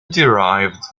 derived